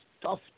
Tough